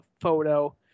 photo